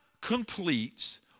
completes